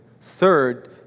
Third